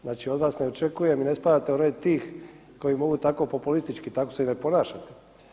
Znači od vas ne očekujem i ne spadate u onaj tip koji mogu tako populistički, tako se i ne ponašate.